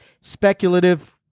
speculative